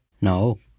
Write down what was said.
No